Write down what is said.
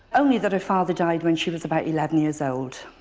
only that her father died when she was about eleven years old.